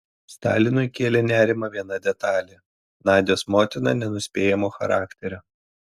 stalinui kėlė nerimą viena detalė nadios motina nenuspėjamo charakterio